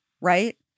right